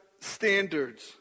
standards